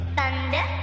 Thunder